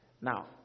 Now